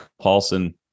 Paulson